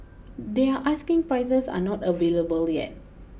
their asking prices are not available yet